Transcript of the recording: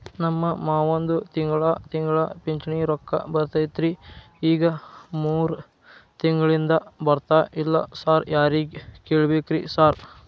ನಮ್ ಮಾವಂದು ತಿಂಗಳಾ ತಿಂಗಳಾ ಪಿಂಚಿಣಿ ರೊಕ್ಕ ಬರ್ತಿತ್ರಿ ಈಗ ಮೂರ್ ತಿಂಗ್ಳನಿಂದ ಬರ್ತಾ ಇಲ್ಲ ಸಾರ್ ಯಾರಿಗ್ ಕೇಳ್ಬೇಕ್ರಿ ಸಾರ್?